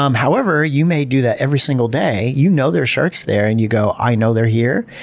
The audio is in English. um however you may do that every single day. you know there are sharks there and you go i know they're here,